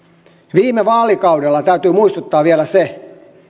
viime vaalikaudella täytyy muistuttaa vielä se